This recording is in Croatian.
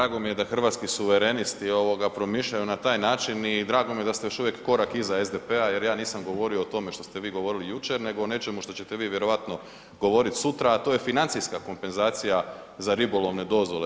Drago mi je da Hrvatski suverenisti ovoga promišljaju na taj način i drago mi je da ste još uvijek korak iza SDP-a jer ja nisam govorio o tome što ste vi govorili jučer nego o nečemu što ćete vi vjerojatno govorit sutra, a to je financijska kompenzacija za ribolovne dozvole.